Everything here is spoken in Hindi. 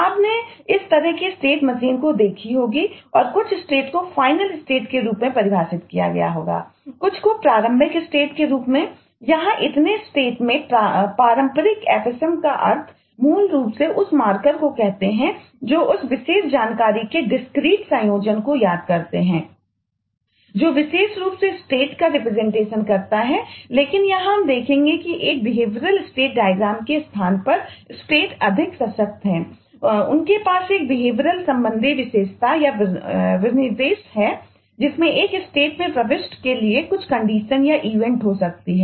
आपने इस तरह की स्टेट मशीन में कुछ प्रविष्टि हो सकती है